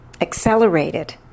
accelerated